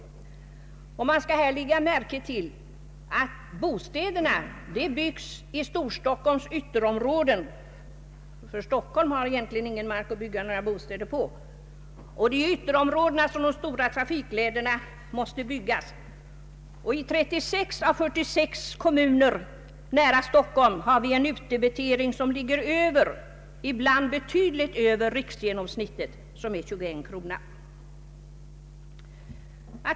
Man skall i detta sammanhang lägga märke till att bostäderna byggs i Storstockholms ytterområden — Stockholm har egentligen ingen mark att bygga några bostäder på. Alltså måste de stora trafiklederna byggas i ytterområdena. I 36 av 46 kommuner nära Stock holm har vi en utdebitering som ligger över — ibland betydligt över — riksgenomsnittet, som är 21 kronor.